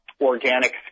organic